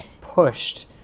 pushed